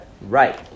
Right